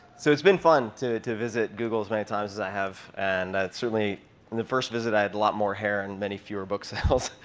so it's been fun to to visit google as many times as i have. and certainly in the first visit, i had a lot more hair and many fewer book sales.